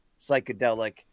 psychedelic